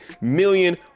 million